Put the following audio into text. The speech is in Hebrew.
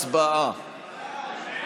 הצבעה.